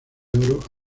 oro